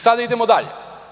Sada idemo dalje.